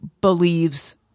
believes